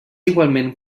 igualment